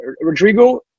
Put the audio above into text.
Rodrigo